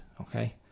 okay